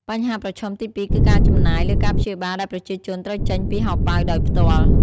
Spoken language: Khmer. បញ្ហាប្រឈមទីពីរគឺចំណាយលើការព្យាបាលដែលប្រជាជនត្រូវចេញពីហោប៉ៅដោយផ្ទាល់។